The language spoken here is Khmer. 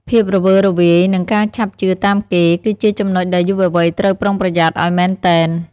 ភាពរវើរវាយ និងការឆាប់ជឿតាមគេ គឺជាចំណុចដែលយុវវ័យត្រូវប្រុងប្រយ័ត្នឱ្យមែនទែន។